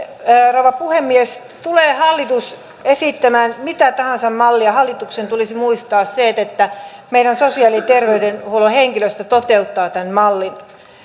rouva puhemies tulee hallitus esittämään mitä tahansa mallia hallituksen tulisi muistaa se että meidän sosiaali ja terveydenhuollon henkilöstö toteuttaa tämän mallin